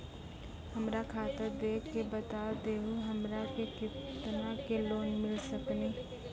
हमरा खाता देख के बता देहु हमरा के केतना के लोन मिल सकनी?